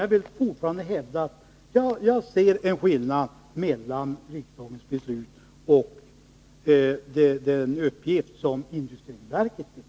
Jag vill fortfarande hävda att jag ser en skillnad mellan riksdagens beslut och den uppgift som industriverket fick.